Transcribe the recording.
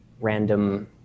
random